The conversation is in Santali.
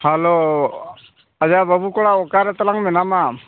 ᱦᱮᱞᱳ ᱟᱪᱪᱷᱟ ᱵᱟᱹᱵᱩ ᱠᱚᱲᱟ ᱚᱠᱟᱨᱮ ᱛᱟᱞᱟᱝ ᱢᱮᱱᱟᱢᱟ